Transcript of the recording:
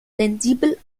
sensibel